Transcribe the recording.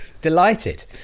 Delighted